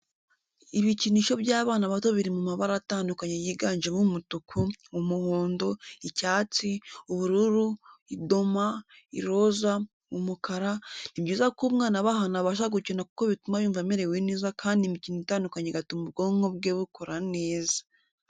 Ibikinisho by'abana bato biri mu mabara atandukanye yiganjemo umutuku, umuhondo, icyatsi, ubururu, idoma, iroza, umukara, Ni byiza ko umwana aba ahantu abasha gukina kuko bituma yumva amerewe neza kandi imikino itandukanye igatuma ubwonko bwe bukora neza.